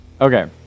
okay